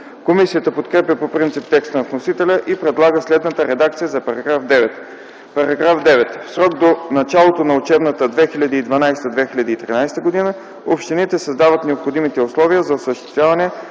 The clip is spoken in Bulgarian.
Комисията подкрепя по принцип текста на вносителя и предлага следната редакция за § 9: „§ 9. В срок до началото на учебната 2012-2013 г. общините създават необходимите условия за осъществяване